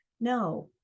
No